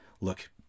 look